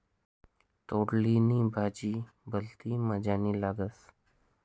तोंडली नी भाजी भलती मजानी लागस